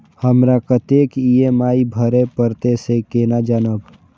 हमरा कतेक ई.एम.आई भरें परतें से केना जानब?